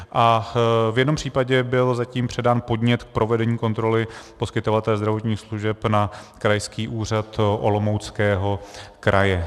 A v jednom případě byl zatím předán podnět k provedení kontroly poskytovatele zdravotních služeb na Krajský úřad Olomouckého kraje.